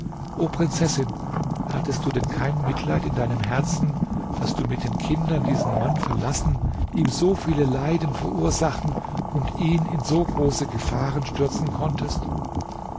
o prinzessin hattest du denn kein mitleid in deinem herzen daß du mit den kindern diesen mann verlassen ihm so viele leiden verursachen und ihn in so große gefahren stürzen konntest